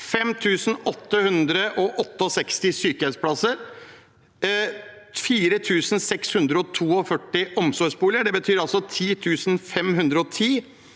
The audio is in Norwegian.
5 868 sykehjemsplasser og 4 642 omsorgsboliger. Det betyr altså 10 510